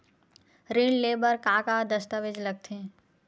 ऋण ले बर का का दस्तावेज लगथे?